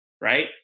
right